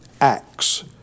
acts